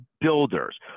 builders